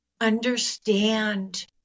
understand